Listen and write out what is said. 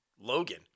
Logan